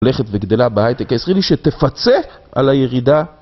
הולכת וגדלה בהייטק שתפצה על הירידה